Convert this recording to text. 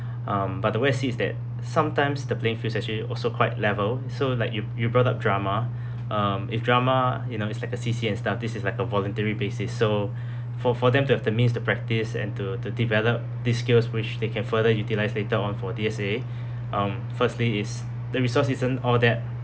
um but the way I see is that sometimes the playingfield is actually also quite level so like you you brought up drama um if drama you know it's like a C_C and stuff this is like a voluntary basis so for for them to have the means to practice and to to develop these skills which they can further utilise later on for D_S_A um firstly is the resource isn't all that